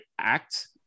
act